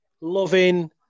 loving